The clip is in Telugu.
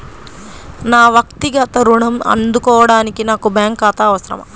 నా వక్తిగత ఋణం అందుకోడానికి నాకు బ్యాంక్ ఖాతా అవసరమా?